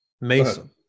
Mason